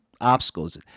obstacles